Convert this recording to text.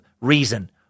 reason